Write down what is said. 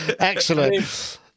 Excellent